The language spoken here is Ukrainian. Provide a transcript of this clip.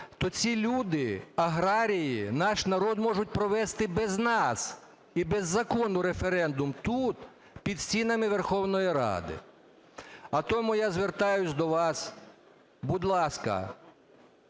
то ці люди, аграрії, наш народ можуть провести без нас і без закону референдум тут, під стінами Верховної Ради. А тому я звертаюсь до вас. Будь ласка,